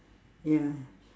ya